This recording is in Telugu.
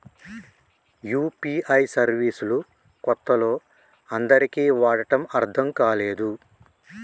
యూ.పీ.ఐ సర్వీస్ లు కొత్తలో అందరికీ వాడటం అర్థం కాలేదు